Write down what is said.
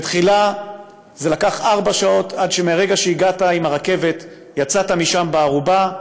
ובתחילה זה לקח ארבע שעות מהרגע שהגעת עם הרכבת עד יצאת משם בארובה.